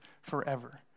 forever